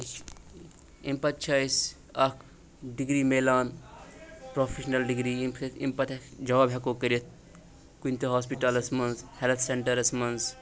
اَمہِ پَتہٕ چھِ اَسہِ اکھ ڈگری مِلان پروفیشنَل ڈگری ییٚمہِ سۭتۍ اَمہِ پَتہٕ جاب ہٮ۪کو کٔرِتھ کُنہِ تہِ ہاسپِٹَلَس منٛز ہٮ۪لٕتھ سٮ۪نٹَرَس منٛز